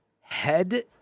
head